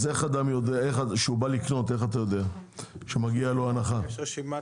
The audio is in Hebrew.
איתי עצמון עידית חנוכה אפרת שלמה - חבר תרגומים רשימת